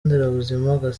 nderabuzima